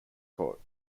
court